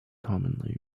commonly